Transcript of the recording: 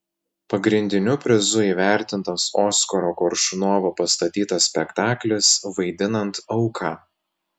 pagrindiniu prizu įvertintas oskaro koršunovo pastatytas spektaklis vaidinant auką